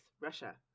Russia